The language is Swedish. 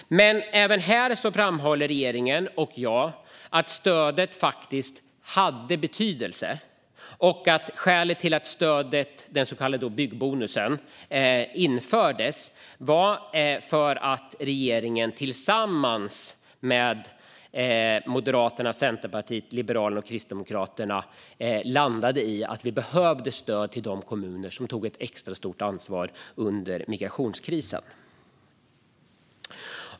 Men även här framhåller regeringen, och jag, att stödet faktiskt hade betydelse. Skälet till att den så kallade byggbonusen, stödet, infördes var att regeringen tillsammans med Moderaterna, Centerpartiet, Liberalerna och Kristdemokraterna landade i att det behövdes ett stöd till de kommuner som tog ett extra stort ansvar under migrationskrisen.